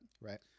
Right